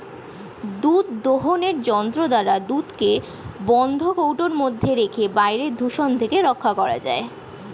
দুধ দোহনের যন্ত্র দ্বারা দুধকে বন্ধ কৌটোর মধ্যে রেখে বাইরের দূষণ থেকে রক্ষা করা যায়